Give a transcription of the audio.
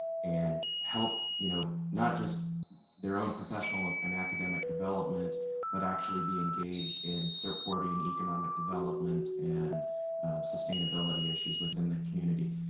and help, you know not just their own professional and academic development bus but actually be engaged in supporting economic development and sustainability issues within the community.